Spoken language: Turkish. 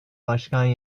başkan